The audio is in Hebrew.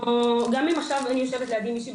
או גם אם עכשיו יושבת לידי מישהי בכיתה,